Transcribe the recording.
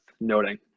noting